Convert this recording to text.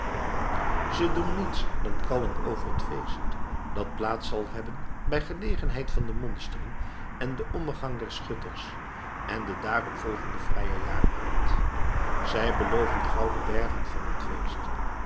ze doen niets dan kallen over het feest dat plaats zal hebben bij gelegenheid van de monstering en den ommegang der schutters en de daarop volgende vrije jaarmarkt zij beloven gouden bergen van dat feest